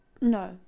no